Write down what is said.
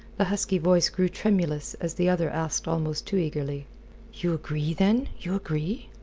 the husky voice grew tremulous as the other asked almost too eagerly you agree, then? you agree?